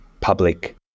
public